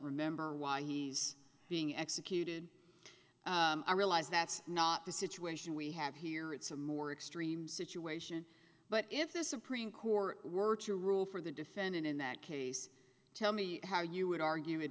remember why he's being executed i realize that's not the situation we have here it's a more extreme situation but if the supreme court were to rule for the defendant in that case tell me how you would argue